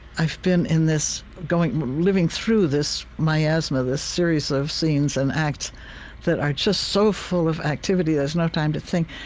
i've been in this going living through this miasma, this series of scenes and acts that are just so full of activity there's no time to think.